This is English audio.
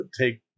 take